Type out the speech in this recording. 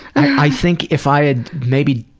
i think if i had maybe